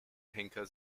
henker